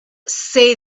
say